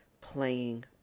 playing